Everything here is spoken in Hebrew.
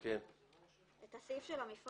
את הסעיף של המפרט